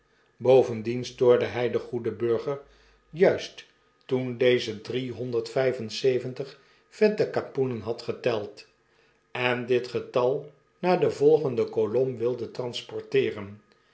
bovendien stoorde hij den goeden burger juist toen deze driehonderd vyfenzeventig vette kapoenen had geteld en dit getal naar de volgende kolom wilde transporteeren